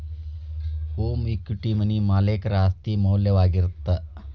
home equity money ಮಾಲೇಕರ ಆಸ್ತಿ ಮೌಲ್ಯವಾಗಿರತ್ತ